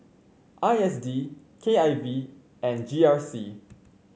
I S D K I V and G R C